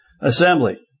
assembly